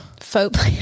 Faux